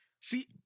See